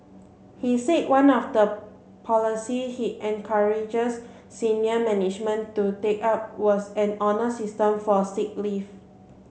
he said one of the policies he encouraged senior management to take up was an honour system for sick leave